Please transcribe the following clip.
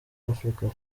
african